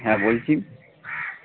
হ্যাঁ বলছি